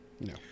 No